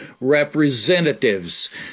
representatives